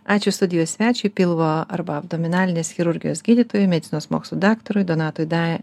ačiū studijos svečiui pilvo arba abdominalinės chirurgijos gydytojui medicinos mokslų daktarui donatui da